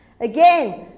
again